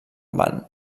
ban